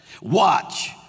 Watch